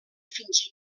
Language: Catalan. fins